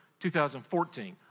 2014